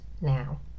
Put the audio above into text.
now